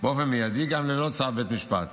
באופן מיידי גם ללא צו בית משפט